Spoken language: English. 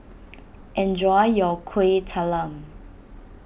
enjoy your Kueh Talam